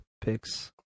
picks